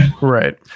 Right